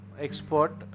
export